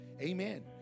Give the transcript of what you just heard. Amen